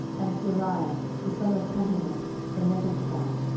and seraiah the son of tanhumeth the netophathite,